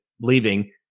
leaving